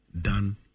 done